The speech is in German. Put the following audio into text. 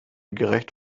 gerecht